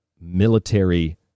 military